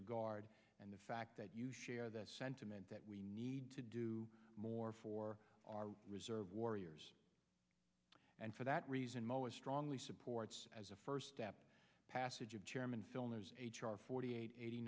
regard and the fact that you share that sentiment that we need to do more for our reserve warriors and for that reason moa strongly supports as a first step passage of chairman filner h r forty eight eighty